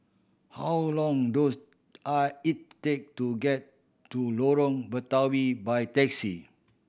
how long does I it take to get to Lorong Batawi by taxi